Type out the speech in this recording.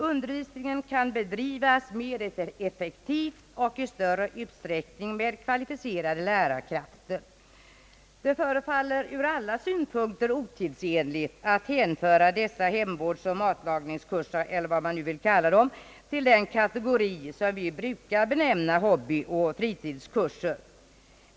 Undervisningen kan bedrivas mer effektivt och i större utsträckning med kvalificerade lärarkrafter. Det förefaller ur alla synpunkter otidsenligt att hänföra dessa hemvårdsoch matlagningskurser, eller vad man nu vill kalla dem, till den kategori som vi brukar benämna hobbyoch fritidskurser.